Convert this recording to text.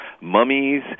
mummies